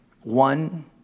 one